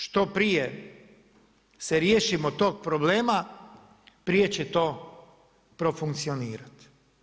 Što prije se riješimo tog problema prije će to profunkcionirati.